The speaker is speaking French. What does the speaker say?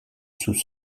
sous